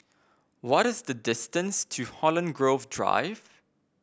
what is the distance to Holland Grove Drive